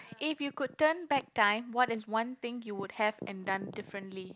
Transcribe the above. if you could turn back time what is one thing you would have and done differently